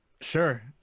Sure